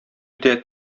үтә